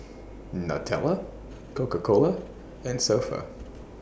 Nutella Coca Cola and So Pho